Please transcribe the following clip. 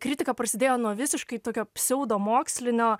kritika prasidėjo nuo visiškai tokio pseudomokslinio